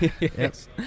Yes